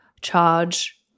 charge